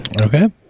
Okay